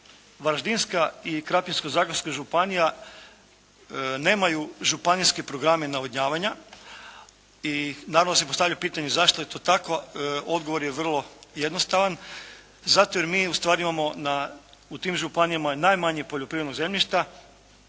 Varaždinska i Krapinsko-zagorska županija nemaju županijske programe navodnjavanja. I navodno se postavlja pitanje zašto je to tako? Odgovor je vrlo jednostavan. Zato jer mi ustvari imamo u tim županijama najmanje poljoprivrednog zemljišta